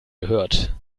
gehört